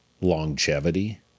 longevity